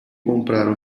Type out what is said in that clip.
comprar